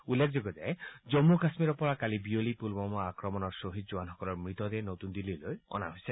উল্লেখযোগ্য যে জমু কাশ্মীৰ পৰা কালি বিয়লি পুলৱামা আক্ৰমণৰ শ্বহীদ জোৱানসকলৰ মৃতদেহ নতুন দিল্লীলৈ অনা হৈছে